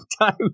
time